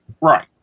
Right